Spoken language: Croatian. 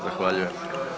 Zahvaljuje.